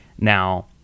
now